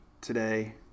today